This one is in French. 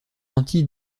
anti